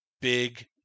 big